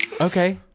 okay